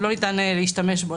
ניתן להשתמש בו.